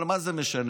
אבל מה זה משנה?